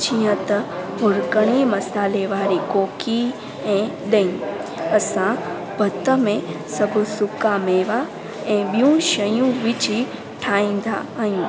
जीअं त भुरकड़ी मसाले वारी कोकी ऐं ॾही असां भत में सभु सुखा मेवा ऐं ॿियूं शयूं विझी ठाहींदा आहियूं